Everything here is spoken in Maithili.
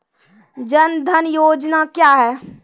जन धन योजना क्या है?